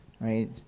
right